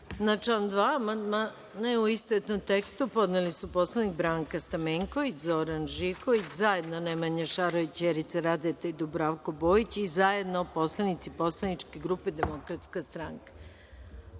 amandmane u istovetnom tekstu, podneli su poslanici Branka Stamenković, Zoran Živković, zajedno Nemanja Šarović, Vjerica Radeta i Dubravko Bojić i zajedno poslanici poslaničke grupe DS.Od ovlašćenih,